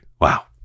Wow